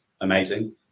amazing